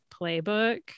Playbook